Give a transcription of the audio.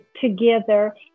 together